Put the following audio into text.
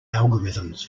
algorithms